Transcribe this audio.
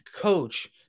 coach